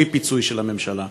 בלי פיצוי של הממשלה.